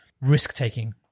risk-taking